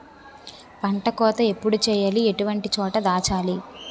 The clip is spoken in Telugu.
పంట కోత ఎప్పుడు చేయాలి? ఎటువంటి చోట దాచాలి?